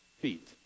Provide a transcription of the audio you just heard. feet